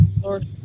Lord